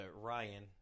Ryan